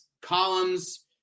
columns